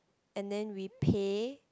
and then we pay